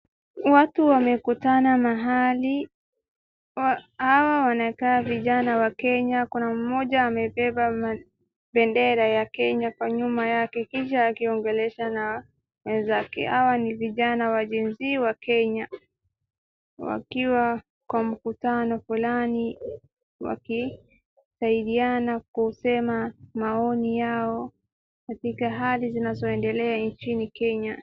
Watu wamekutana mahali ,hawa wanakaa vijana wa kenya ,kuna mmoja amebeba bendera ya kenya nyuma yake kisha akiongeleshana na wenzake ,hao ni vijana wa gen z wa kenya wakiwa kwa mkutano fulani wakisaidiana kusema maoni yao katika hali zinazoendelea nchini Kenya.